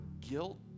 guilt